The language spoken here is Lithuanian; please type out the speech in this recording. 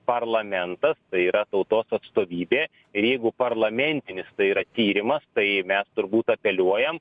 parlamentas tai yra tautos atstovybė ir jeigu parlamentinis tai yra tyrimas tai mes turbūt apeliuojam